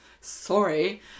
Sorry